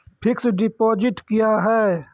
Fixed deposit क्या हैं?